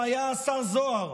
זה היה השר זוהר.